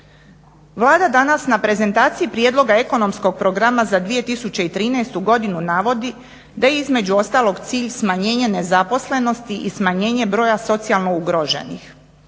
Vlada danas na prezentaciji prijedloga Ekonomskog programa za 2013. godinu navodi da je između ostalog cilj smanjenja nezaposlenosti i smanjenje broja socijalno ugroženih,